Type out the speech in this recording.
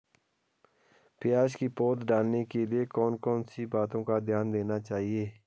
प्याज़ की पौध डालने के लिए कौन कौन सी बातों का ध्यान देना चाहिए?